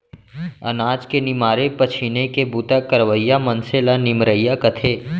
अनाज के निमारे पछीने के बूता करवइया मनसे ल निमरइया कथें